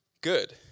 Good